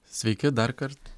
sveiki darkart